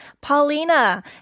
Paulina